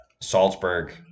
Salzburg